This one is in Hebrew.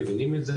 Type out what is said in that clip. מבינים את זה,